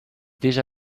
déjà